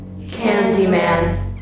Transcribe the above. Candyman